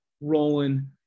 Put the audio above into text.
rolling